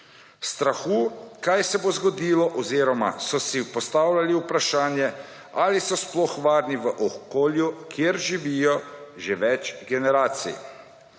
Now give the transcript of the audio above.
Strahu, kaj se bo zgodilo, oziroma so si postavljali vprašanje, ali so sploh varni v okolju, kjer živijo že več generacij.